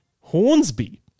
Hornsby